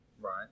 Right